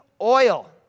oil